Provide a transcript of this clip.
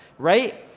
right?